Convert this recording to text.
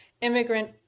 immigrant